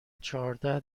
چهارده